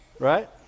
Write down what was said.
Right